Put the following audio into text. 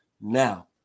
now